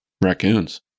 Raccoons